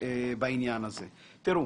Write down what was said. תראו,